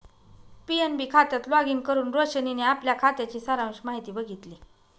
PNB खात्यात login करुन रोशनीने आपल्या खात्याची सारांश माहिती बघितली